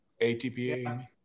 ATPA